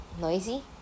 noisy